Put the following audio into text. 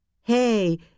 Hey